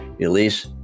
Elise